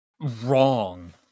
wrong